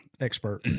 expert